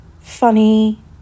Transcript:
Funny